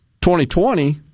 2020